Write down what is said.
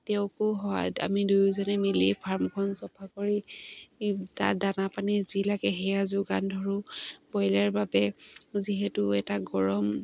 তেওঁকো সহায়ত আমি দুয়োজনে মিলি ফাৰ্মখন চফা কৰি তাত দানা পানী যি লাগে সেয়া যোগান ধৰোঁ ব্ৰইলাৰ বাবে যিহেতু এটা গৰম